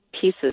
pieces